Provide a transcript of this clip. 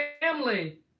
family